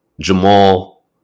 Jamal